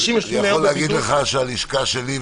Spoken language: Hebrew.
אני יכול להגיד לך שהלשכה שלי,